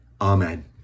Amen